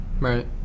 Right